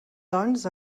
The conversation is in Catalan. doncs